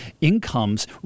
incomes